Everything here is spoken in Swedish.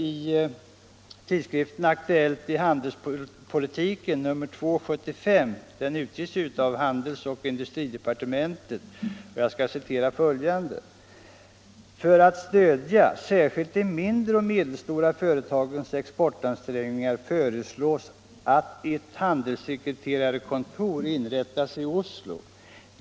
I tidskriften Aktuellt i handelspolitiken, nr 2 1975 — den utges av handelsdepartementet — står: För att stödja särskilt de mindre och medelstora företagens exportansträngningar föreslås att ett handelssekreterarkontor inrättas i Oslo.